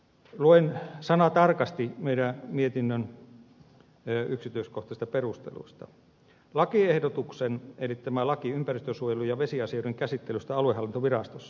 luen sanatarkasti meidän mietintömme yksityiskohtaisista perusteluista koskien lakia ympäristönsuojelu ja vesiasioiden käsittelystä aluehallintovirastossa